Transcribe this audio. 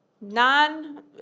non